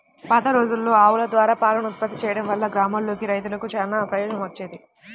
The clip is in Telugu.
పాతరోజుల్లో ఆవుల ద్వారా పాలను ఉత్పత్తి చేయడం వల్ల గ్రామాల్లోని రైతులకు చానా ప్రయోజనం వచ్చేది